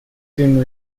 soon